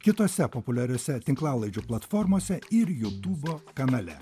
kitose populiariose tinklalaidžių platformose ir jutubo kanale